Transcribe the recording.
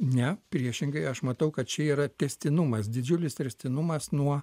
ne priešingai aš matau kad čia yra tęstinumas didžiulis terstinumas nuo